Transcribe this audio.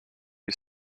kui